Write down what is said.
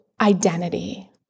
identity